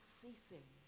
ceasing